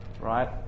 right